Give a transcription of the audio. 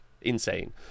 insane